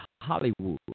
Hollywood